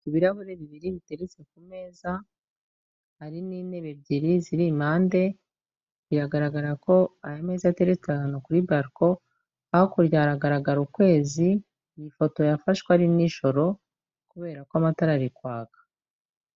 Ibirahuri bibiri biteretse ku meza, hari n'intebe ebyiri ziri impande, biragaragara ko ayo meza ateretse ahantu kuri bariko, hakurya haragaragara ukwezi, iyi ifoto yafashwe ari nijoro, kubera ko amatara ari kwaka.